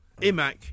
Imac